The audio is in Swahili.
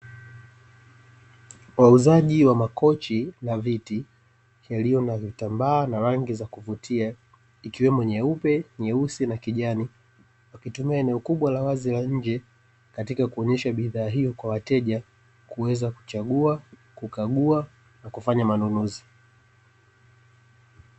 Wauzaji wa makochi na viti yaliyo na vitambaa na rangi za kuvutia ikiwemo nyeupe, nyeusi na kijani; wakitumia eneo kubwa la wazi la nje katika kuonyesha bidhaa hio kwa wateja kuweza kuchagua, kukagua na kufanya manunuzi.